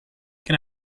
can